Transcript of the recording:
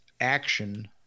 action